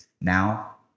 Now